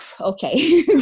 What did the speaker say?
okay